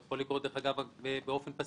זה יכול לקרות, דרך אגב, באופן פסיבי.